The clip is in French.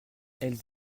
elles